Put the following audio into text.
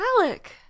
Alec